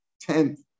tenth